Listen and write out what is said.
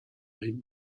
rive